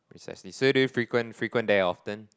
precisely so do you frequent frequent there often